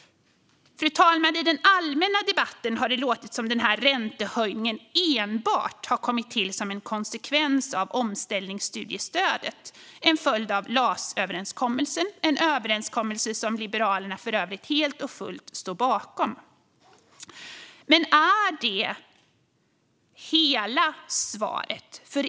Fru talman! I den allmänna debatten har det låtit som att räntehöjningen enbart har kommit till som en konsekvens av omställningsstudiestödet, som är en följd av LAS-överenskommelsen, en överenskommelse som Liberalerna för övrigt helt och fullt står bakom. Men är det hela svaret?